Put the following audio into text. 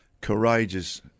courageous